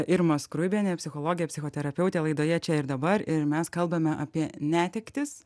irma skruibienė psichologė psichoterapeutė laidoje čia ir dabar ir mes kalbame apie netektis